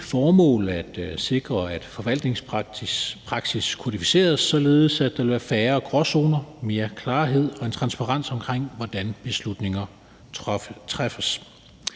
det formål at sikre, at forvaltningspraksis kodificeres, således at der vil være færre gråzoner, mere klarhed og en transparens omkring, hvordan beslutninger træffes.